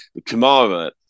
Kamara